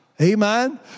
Amen